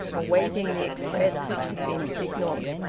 awaiting the express, which had been signalled.